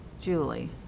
Julie